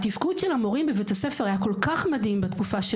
התפקוד של המורים בבית הספר היה כל כך מדהים בתקופה של